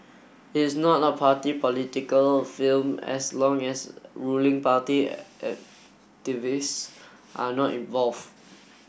is not a party political film as long as ruling party are not involved